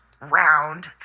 round